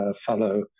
fellow